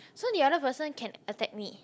so the other person can attack me